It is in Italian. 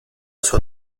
sua